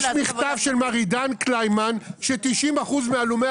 יש מכתב של מר עידן קלימן ש-90% מהלומי